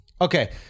Okay